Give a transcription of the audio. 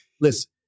Listen